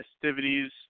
festivities